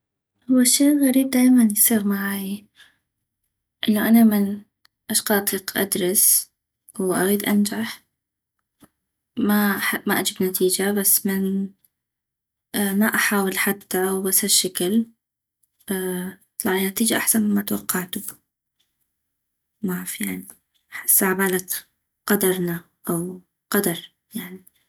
هو شي غريب دايماً يصيغ معايي انو انا من اشقد اطيق ادرس واغيد انجح ما اجيب نتيجة بس من ما احاول حتى بس هشكل تطلعلي نتيجة احسن مما توقعتو معف يعني احسا عبالك قدرنا او قدر يعني